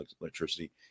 electricity